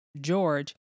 George